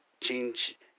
change